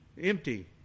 empty